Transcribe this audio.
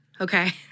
Okay